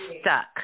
stuck